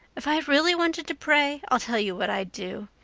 if i really wanted to pray i'll tell you what i'd do.